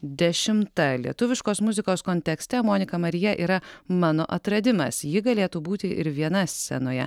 dešimta lietuviškos muzikos kontekste monika marija yra mano atradimas ji galėtų būti ir viena scenoje